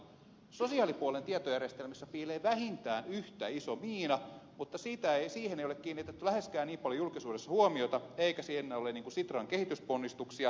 sosiaalipuolen tietojärjestelmissä piilee vähintään yhtä iso miina mutta siihen ei ole kiinnitetty läheskään niin paljon julkisuudessa huomiota eikä siinä ole sitran kehitysponnistuksia